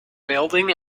building